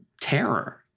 terror